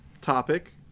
topic